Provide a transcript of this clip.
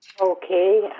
Okay